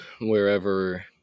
wherever